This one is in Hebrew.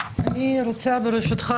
אני רוצה ברשותך,